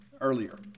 earlier